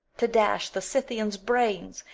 to dash the scythians' brains,